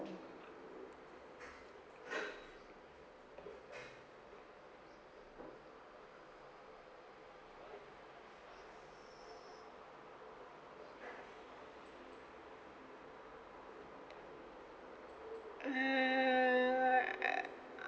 err